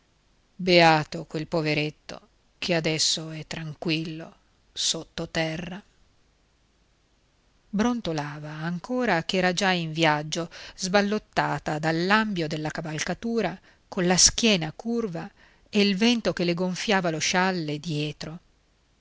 beato quel poveretto che adesso è tranquillo sottoterra brontolava ancora ch'era già in viaggio sballottata dall'ambio della cavalcatura colla schiena curva e il vento che le gonfiava lo scialle dietro